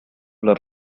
las